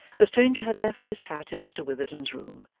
the stranger had left his hat in mr witherden's room,